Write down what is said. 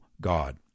god